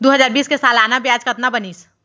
दू हजार बीस के सालाना ब्याज कतना बनिस?